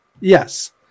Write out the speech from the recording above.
Yes